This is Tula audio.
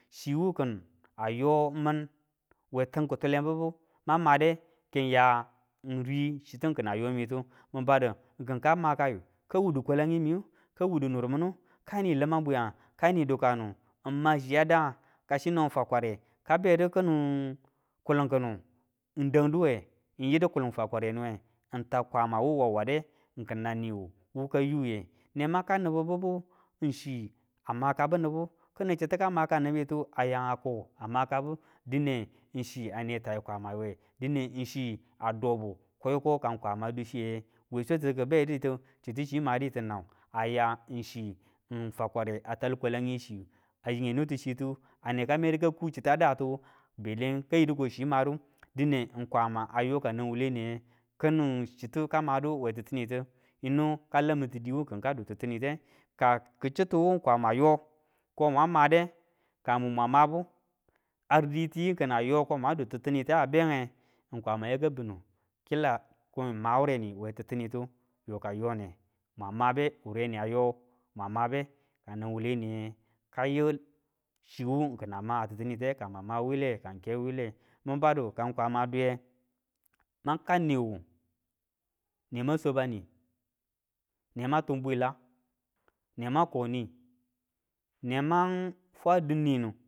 Chiwu kin a yo min we tim kitule bibu mang made kenya ng ri chitu kina yomi tu min badu kinka makayu ka wudu kwalangimiyu, ka wudu murminu ka ni limang bwiyangu kani dukanu ng ma chiya dq kasino fakware ka bedu kining kuling kinu ng dangduwe ng yidu kulin fakware nuwe ng tan kwamawu wawa de kinanni wu ka yuye, nemang kau nibi bibu ng chi a makabu nibu kini chitu ka makan nibitu, aya a ko a makabu dine ng chi a ne tai kwama yuwe, dine ng chii a dobu ko yuka ka kwama du chiye we swatitu kibe ditu chitu chi maditu ng nu. A ya ng chingfa kware a tal kwalangi chiru, a yinge nutu chitu a neka medu kaku chita datu kayidu ko chi madu kwama yo ka nang uwle kining chitu ka madu we titinitu yinu ka lamintu diwu kanka du titinite. Ka kichituwu kwama yo ko mwan made ka mu mwang mabu ditiyu kina yo ko mwan dui titinita benge kwama yaka binu kila ko ng ma wureni we titinitu yoka yone mwan mabe, wureni yayo mwan mabe, ka nan wuwule niye kayu chiwu kina ma titiniye ka mwan ma wuyile kang ke wuyile min badu kang kwama duiye mang kau niwu neman swaba ni, neman tum bwila ne man koni neman fwa dinninu.